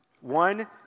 One